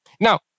Now